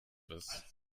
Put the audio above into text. was